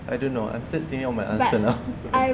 I don't know I'm still thinking of my answer now